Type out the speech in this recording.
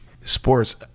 sports